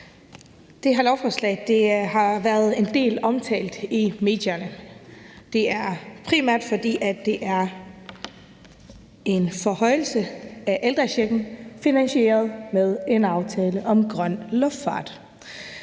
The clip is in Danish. Det her lovforslag har været en del omtalt i medierne. Det er primært, fordi det er en forhøjelse af ældrechecken finansieret med en aftale om grøn luftfart.